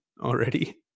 already